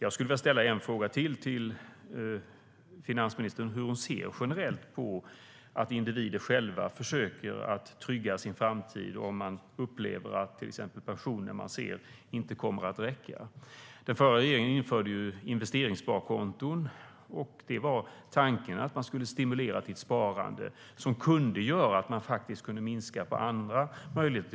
Jag skulle vilja ställa frågan till finansministern hur hon generellt ser på att individer själva försöker trygga sin framtid när de upplever att till exempel pensionen inte kommer att räcka. Den förra regeringen införde ju investeringssparkonton, och tanken var att stimulera till ett sparande som kunde göra att man kunde minska på andra avdragsmöjligheter.